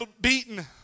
beaten